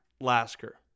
Lasker